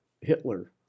Hitler